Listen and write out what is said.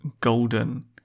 golden